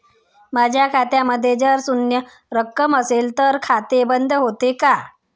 माझ्या खात्यामध्ये जर शून्य रक्कम असेल तर खाते बंद होते का?